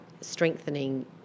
strengthening